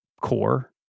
core